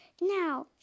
Now